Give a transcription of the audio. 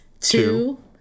Two